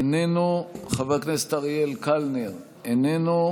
איננו, חבר הכנסת אריאל קלנר, איננו,